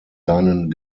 seinen